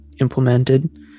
implemented